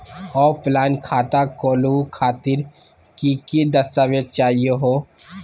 Offline खाता खोलहु खातिर की की दस्तावेज चाहीयो हो?